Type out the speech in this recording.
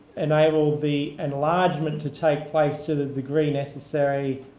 enable the enlargement to take place to the degree necessary